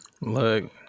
look